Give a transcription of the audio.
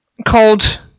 called